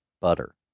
Butter